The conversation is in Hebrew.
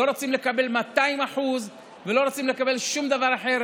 לא רוצים לקבל 200% ולא רוצים לקבל שום דבר אחר.